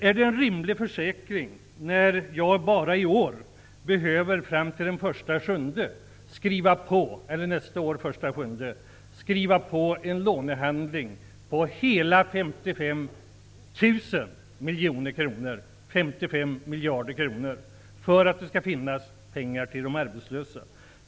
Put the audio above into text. Är det rimligt att jag för tiden fram till den 1 juli nästa år behöver skriva på en lånehandling på hela 55 miljarder kronor för att det skall finnas pengar till de arbetslösa?